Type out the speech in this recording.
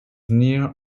near